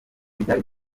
ryari